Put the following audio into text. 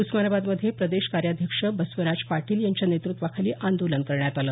उस्मानाबादमध्ये प्रदेश कार्याध्यक्ष बस्वराज पाटील यांच्या नेतृत्वाखाली आंदोलन करण्यात आलं